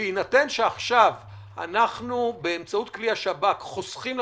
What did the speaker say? בהינתן שבאמצעות כלי השב"כ אנחנו חוסכים עכשיו